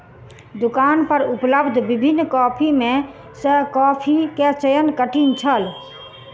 दुकान पर उपलब्ध विभिन्न कॉफ़ी में सॅ कॉफ़ी के चयन कठिन छल